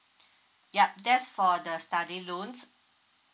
yup that's for the study loans